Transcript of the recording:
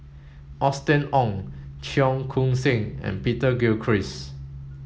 Austen Ong Cheong Koon Seng and Peter Gilchrist